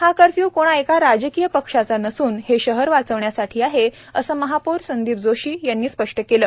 हा कर्फ्य् कोणा एका राजकीय पक्षाचा नसून हे शहर वाचविण्यासाठी आहे असे महापौर संदीप जोशी यांनी स्पष्ट केल